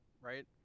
right